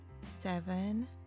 seven